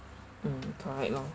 mm correct loh